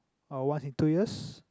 or once in two years